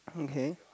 okay